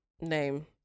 name